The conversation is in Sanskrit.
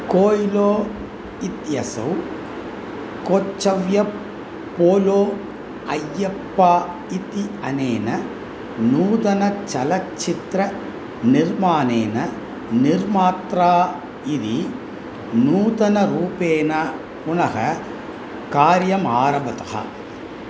कोय्लो इत्यसौ कोच्चव्य पोलो अय्यप्पा इति अनेन नूतनचलच्चित्र निर्माणेन निर्मात्रा इव नूतनरूपेण पुनः कार्यमारभतः